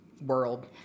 world